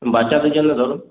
বাচ্চাদের জন্য ধরুন